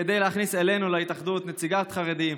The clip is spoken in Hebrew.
כדי להכניס אלינו להתאחדות נציגת חרדים,